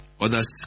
Others